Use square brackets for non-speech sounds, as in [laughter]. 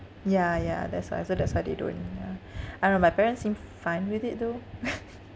ya ya that's why so that's why they don't ya I don't know my parents seem f~ fine with it though [laughs]